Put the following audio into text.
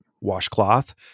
washcloth